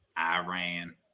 Iran